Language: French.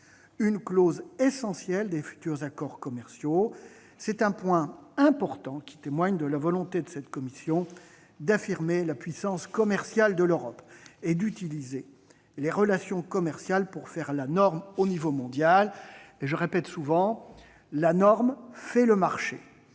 une clause essentielle des futurs accords commerciaux. C'est un point important, qui témoigne de la volonté de cette commission d'affirmer la puissance commerciale de l'Europe et d'utiliser les relations commerciales pour « faire la norme » à l'échelon mondial. Je le dis souvent : la norme fait le marché.